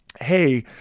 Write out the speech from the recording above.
hey